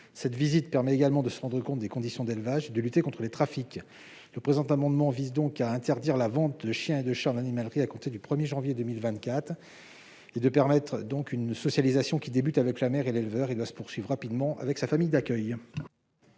Cette visite permet également de se rendre compte des conditions d'élevage et de lutter contre les trafics. Le présent amendement vise donc à interdire la vente de chiens et de chats en animalerie à compter du 1 janvier 2024 et de permettre ainsi la socialisation de ces animaux, qui commence avec la mère et l'éleveur et doit se poursuivre rapidement avec la famille d'accueil.